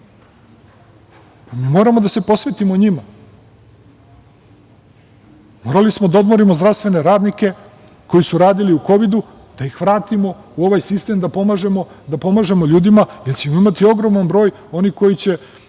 Mi moramo da se posvetimo njima. Morali smo da odmorimo zdravstvene radnike koji su radili u kovidu, da ih vratimo u ovaj sistem da pomažemo ljudima, jer ćemo imati ogroman broj oni koji će